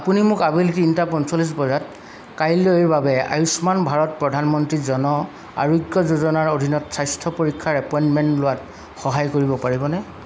আপুনি মোক আবেলি তিনিটা পনচল্লিছ বজাত কাইলৈৰ বাবে আয়ুষ্মান ভাৰত প্ৰধানমন্ত্ৰী জন আৰোগ্য যোজনাৰ অধীনত স্বাস্থ্য পৰীক্ষাৰ এপইণ্টমেণ্ট লোৱাত সহায় কৰিব পাৰিবনে